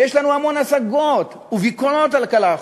ויש לנו המון השגות וביקורות על הכלכלה החופשית,